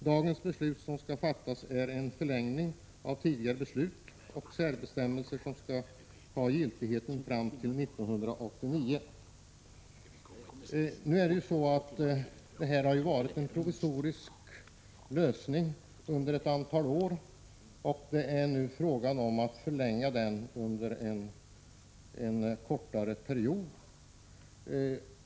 Det beslut som skall fattas i dag är en förlängning av ett tidigare beslut och innebär att särbestämmelsen skall ha giltighet t.o.m. 1989 års taxering. Den provisoriska lösningen har funnits under ett antal år, och det är nu fråga om förlängning under en kortare period.